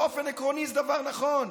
באופן עקרוני זה דבר נכון,